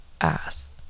ass